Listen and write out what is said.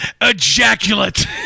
ejaculate